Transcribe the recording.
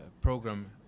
program